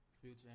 Future